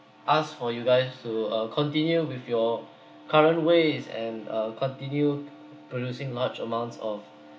asked for you guys to uh continue with your current ways and uh continue producing large amounts of